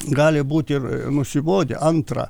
gali būti ir nusibodę antra